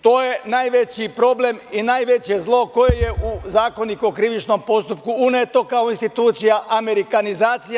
To je najveći problem i najveće zlo koje je u Zakoniku o krivičnom postupku uneto kao institucija, amerikanizacija.